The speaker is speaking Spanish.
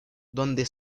donde